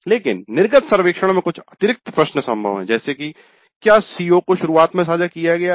लेकिन निर्गत सर्वेक्षण में कुछ अतिरिक्त प्रश्न संभव हैं जैसे की क्या CO को शुरुआत में साझा किया गया था